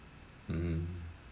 mmhmm